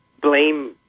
blame